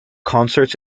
concerts